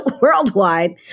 worldwide